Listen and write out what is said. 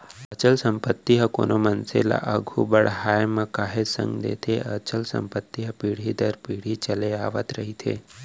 अचल संपत्ति ह कोनो मनसे ल आघू बड़हाय म काहेच संग देथे अचल संपत्ति ह पीढ़ी दर पीढ़ी चले आवत रहिथे